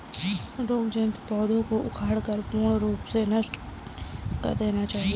रोग जनित पौधों को उखाड़कर पूर्ण रूप से नष्ट कर देना चाहिये